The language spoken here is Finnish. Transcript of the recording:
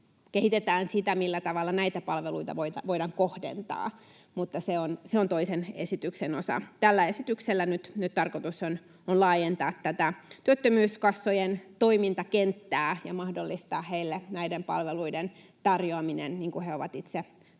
kehitetään sitä, millä tavalla näitä palveluita voidaan kohdentaa, mutta se on toisen esityksen osa. Tällä esityksellä on nyt tarkoitus laajentaa tätä työttömyyskassojen toimintakenttää ja mahdollistaa heille näiden palveluiden tarjoaminen, niin kuin he ovat itse toivoneet,